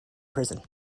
prison